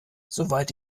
soweit